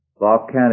volcanic